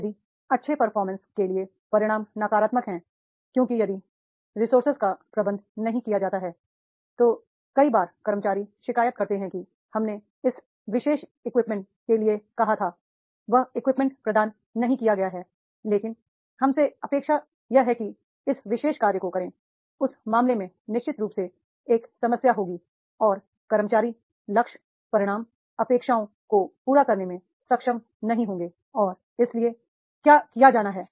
यदि अच्छे परफॉर्मेंस के लिए परिणाम नकारात्मक हैं क्योंकि यदि रिसोर्सेज का प्रबंधन नहीं किया जाता है तो कई बार कर्मचारी शिकायत करते हैं कि हमने इस विशेष इक्विपमेंट के लिए कहा था वह इक्विपमेंट प्रदान नहीं किया गया है लेकिन हमसे अपेक्षा यह है कि इस विशेष कार्य को करें उस मामले में निश्चित रूप से एक समस्या होगी और कर्मचारी लक्ष्य परिणाम अपेक्षाओं को पूरा करने में सक्षम नहीं होंगे और इसलिए क्या किया जाना है